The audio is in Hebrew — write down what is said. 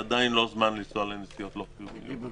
זה עדיין לא זמן לנסוע לנסיעות לא חיוניות.